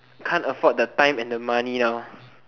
can't afford the time and the money now